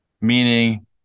meaning